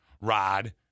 Rod